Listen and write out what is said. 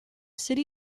city